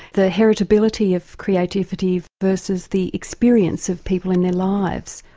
the heritability of creativity versus the experience of people in their lives.